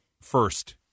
first